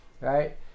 right